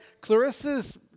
Clarissa's